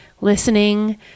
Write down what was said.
listening